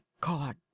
God